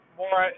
more